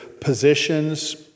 positions